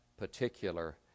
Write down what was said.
particular